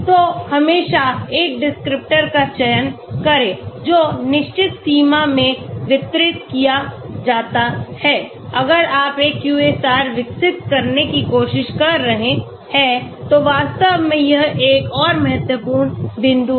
तो हमेशा एक डिस्क्रिप्टर का चयन करें जो निश्चित सीमा में वितरित किया जाता है अगर आप एक QSAR विकसित करने की कोशिश कर रहे हैं तो वास्तव मेंयह एक और महत्वपूर्ण बिंदु है